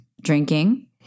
drinking